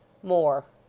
more.